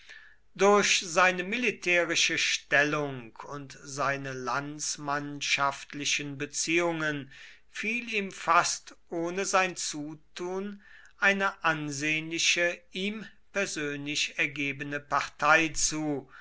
durch seine militärische stellung und seine landsmannschaftlichen beziehungen fiel ihm fast ohne sein zutun eine ansehnliche ihm persönlich ergebene partei zu